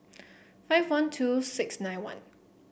five one two six nine one